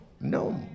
no